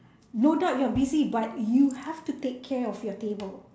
no doubt you are busy but you have to take care of your table